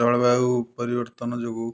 ଜଳବାୟୁ ପରିବର୍ତ୍ତନ ଯୋଗୁ